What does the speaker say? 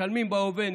משלמים בהווה,